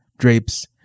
drapes